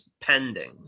pending